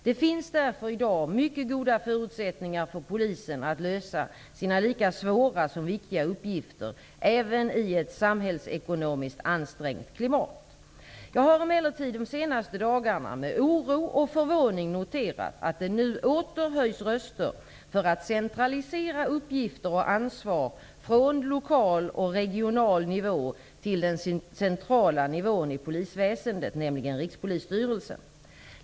Det finns därför i dag mycket goda förutsättningar för Polisen att lösa sina lika svåra som viktiga uppgifter, även i ett samhällsekonomiskt ansträngt klimat. Jag har emellertid de senaste dagarna med oro och förvåning noterat att det nu åter höjs röster för att centralisera uppgifter och ansvar från lokal och regional nivå till den centrala nivån i Polisväsendet, nämligen Rikspolisstyrelsen.